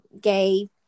gay